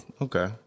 Okay